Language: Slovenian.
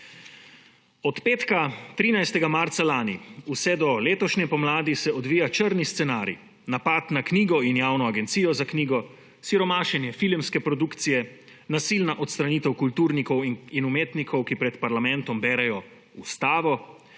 Od petka, 13. marca lani, vse do letošnje pomladi se odvija črn scenarij: napad na knjigo in Javno agencijo za knjigo, siromašenje filmske produkcije, nasilna odstranitev kulturnikov in umetnikov, ki pred parlamentom berejo Ustavo,